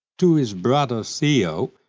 to his brother theo,